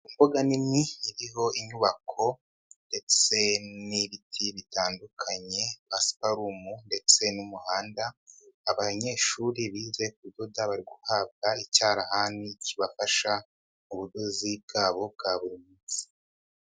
Imbuga nini iriho inyubako ,ndetse n'ibiti bitandukanye, pasiparumu, ndetse n'umuhanda abanyeshuri bize kudoda bari guhabwa icyarahani ,kibafasha mu budozi bwabo bwa buri munsi